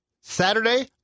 Saturday